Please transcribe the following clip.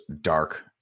Dark